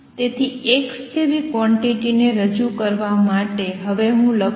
તેથી x જેવી quantity ને રજૂ કરવા માટે હવે હું લખું